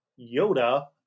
Yoda